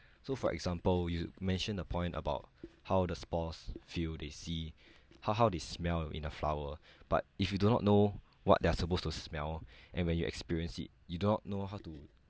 so for example you mentioned a point about how the spores feel they see how how they smell in a flower but if you do not know what they are supposed to smell and when you experience it you do not know how to